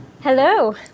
hello